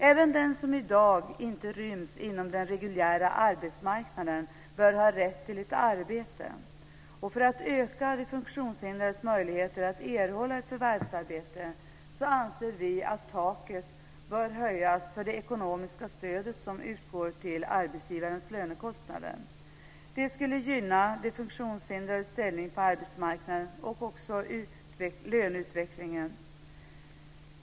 Även den som i dag inte ryms inom den reguljära arbetsmarknaden bör ha rätt till ett arbete. För att öka de funktionshindrades möjligheter att erhålla ett förvärvsarbete anser vi att taket bör höjas för det ekonomiska stöd som utgår till arbetsgivarens lönekostnader. Det skulle gynna den funktionshindrades ställning på arbetsmarknaden och även löneutvecklingen.